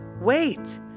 Wait